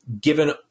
given